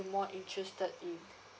more interested in